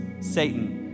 Satan